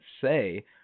say